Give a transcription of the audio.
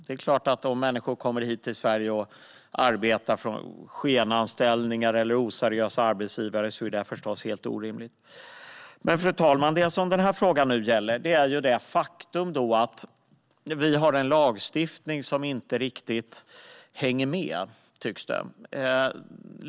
Det är klart att om människor kommer hit till Sverige för att arbeta och får skenanställningar eller oseriösa arbetsgivare, är det förstås helt orimligt. Fru talman! Det som denna fråga nu gäller är det faktum att vi har en lagstiftning som inte riktigt hänger med, tycks det.